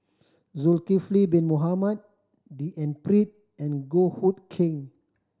Zulkifli Bin Mohamed D N Pritt and Goh Hood Keng